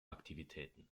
aktivitäten